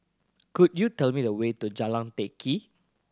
could you tell me the way to Jalan Teck Kee